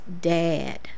dad